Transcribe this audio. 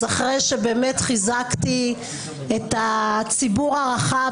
אז אחרי שבאמת חיזקתי את הציבור הרחב